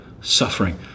suffering